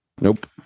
Nope